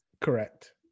Correct